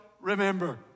remember